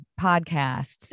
podcasts